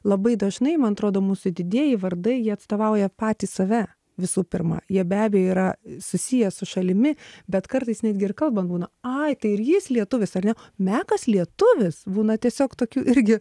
labai dažnai man atrodo mūsų didieji vardai jie atstovauja patys save visų pirma jie be abejo yra susiję su šalimi bet kartais netgi ir kalban būna ai tai ir jis lietuvis ar ne mekas lietuvis būna tiesiog tokių irgi